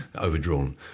overdrawn